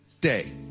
day